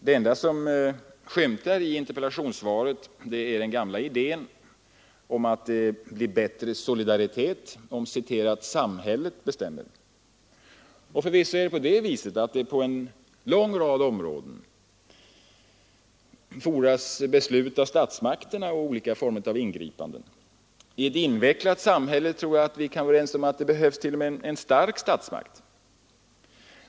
Det enda som skymtade i interpellationssvaret var den gamla idén om att det blir bättre solidaritet om ”samhället” bestämmer. Och förvisso fordras det på en lång rad områden beslut av statsmakterna och olika former av ingripanden. I ett invecklat samhälle tror jag vi kan vara överens om att det fordras t.o.m. en stark statsmakt.